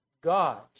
God